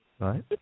Right